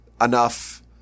enough